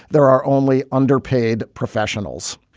there are only underpaid professionals.